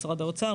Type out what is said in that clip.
משרד האוצר,